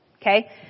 Okay